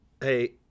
Hey